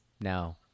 No